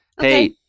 Hey